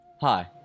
Hi